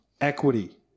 equity